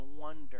wonder